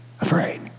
afraid